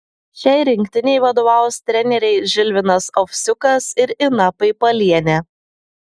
šiai rinktinei vadovaus treneriai žilvinas ovsiukas ir ina paipalienė